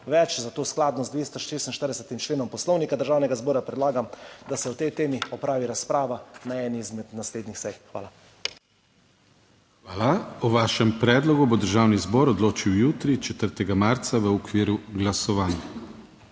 več. Zato skladno z 246. členom Poslovnika Državnega zbora predlagam, da se o tej temi opravi razprava na eni izmed naslednjih sej. Hvala. PODPREDSEDNIK DANIJEL KRIVEC: Hvala. O vašem predlogu bo Državni zbor odločil jutri, 4. marca, v okviru glasovanj.